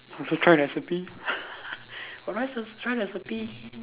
you can try recipe but try trying recipe